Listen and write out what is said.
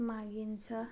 मागिन्छ